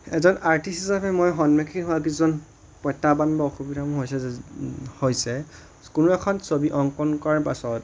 এজন আৰ্টিষ্ট হিচাপে মই সন্মুখীন হোৱা কিছুমান প্ৰত্যাহ্বান অসুবিধাসমূহ হৈছে কোনো এখন ছবি অংকন কৰাৰ পাছত